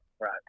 Right